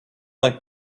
like